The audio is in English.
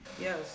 Yes